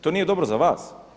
To nije dobro za vas.